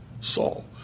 Saul